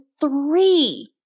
three